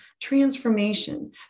transformation